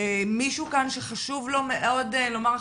מישהו כאן שחשוב לו מאוד לומר משהו?